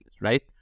right